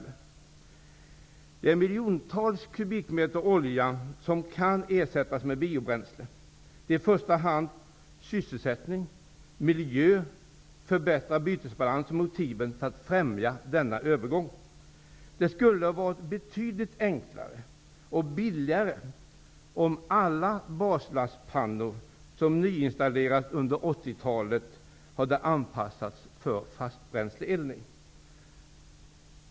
Det rör sig om miljontals kubikmeter olja som kan ersättas med biobränslen. Det är i första hand miljö, sysselsättning och förbättrad bytesbalans som är motiven för att främja denna övergång. Det skulle ha varit betydligt enklare och billigare om alla baslastpannor som nyinstallerats under 80-talet hade anpassats för fastbränsleeldning.